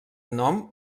nom